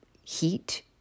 heat